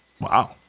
Wow